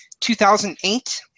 2008